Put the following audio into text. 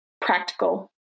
practical